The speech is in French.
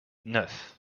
neuf